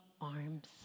arms